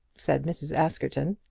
said mrs. askerton.